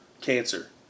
Cancer